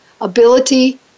ability